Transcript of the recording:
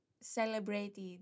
celebrated